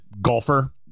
golfer